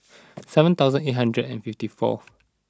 seven thousand eight hundred and fifty four